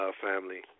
family